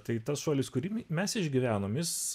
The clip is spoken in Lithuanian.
tai tas šuolis kurį mes išgyvenom jis